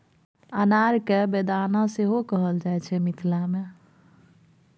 अनार केँ बेदाना सेहो कहल जाइ छै मिथिला मे